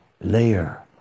layer